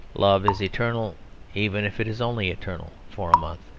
love is eternal even if it is only eternal for a month.